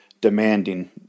demanding